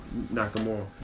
Nakamura